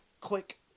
click